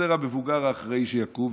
חסר המבוגר האחראי שיקום.